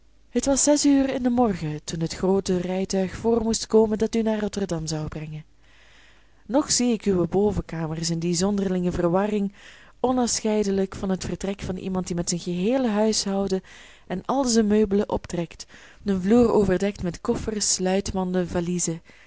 het was zes uur in den morgen toen het groote rijtuig voor moest komen dat u naar rotterdam zou brengen nog zie ik uwe bovenkamers in die zonderlinge verwarring onafscheidelijk van het vertrek van iemand die met zijn geheele huishouden en al zijn meubelen optrekt den vloer overdekt met koffers sluitmanden valiezen